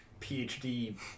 PhD